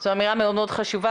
זאת אמירה חשובה מאוד.